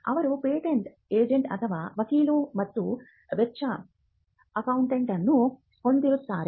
ಅವರು patent agent ಅಥವಾ ವಕೀಲ ಮತ್ತು ವೆಚ್ಚ ಅಕೌಂಟೆಂಟ್ ಅನ್ನು ಹೊಂದಿರುತ್ತಾರೆ